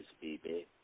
baby